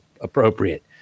appropriate